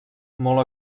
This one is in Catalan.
molt